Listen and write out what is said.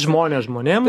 žmonės žmonėm